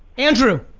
andrew.